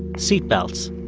seat belts,